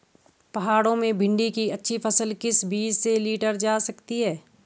पहाड़ों में भिन्डी की अच्छी फसल किस बीज से लीटर जा सकती है?